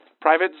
Private